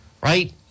right